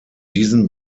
diesen